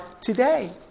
today